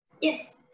Yes